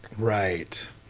Right